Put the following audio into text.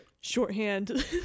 shorthand